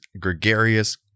gregarious